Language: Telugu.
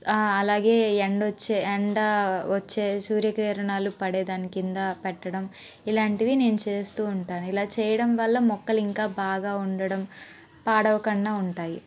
అలాగే ఎండొచ్చే ఎండ వచ్చే సూర్యకిరణాలు పడే దాని కింద పెట్టడం ఇలాంటివి నేను చేస్తూ ఉంటాను ఇలా చేయడం వల్ల మొక్కలు ఇంకా బాగా ఉండడం పాడవకుండా ఉంటాయి